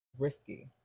risky